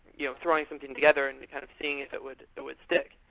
you know throwing something together and kind of seeing if it would would stick,